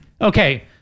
Okay